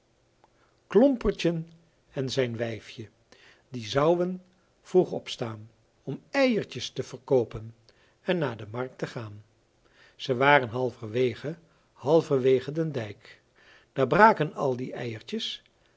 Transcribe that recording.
klompertjen en zijn wijfje die zouwen vroeg opstaan om eiertjes te verkoopen en na de markt te gaan ze waren halverwege halverwege den dijk daar braken al der eiertjes